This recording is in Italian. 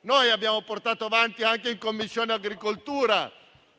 noi abbiamo portato avanti anche in 9a Commissione